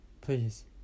please